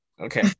okay